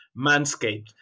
Manscaped